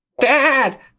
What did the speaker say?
Dad